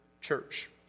church